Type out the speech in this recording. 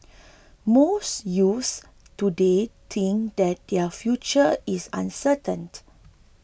most youths today think that their future is uncertain